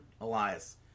Elias